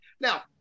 now